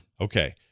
okay